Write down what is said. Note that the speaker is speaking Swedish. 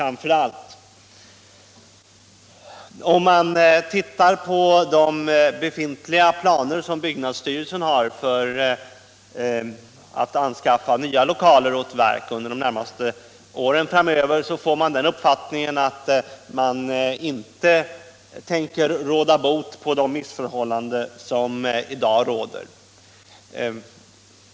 Av byggnadsstyrelsens befintliga planer för att anskaffa nya lokaler åt verk under de närmaste åren framöver har jag fått uppfattningen att man inte tänker råda bot på de missförhållanden som i dag råder.